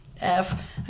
F-